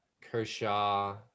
Kershaw